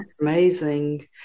amazing